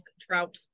Trout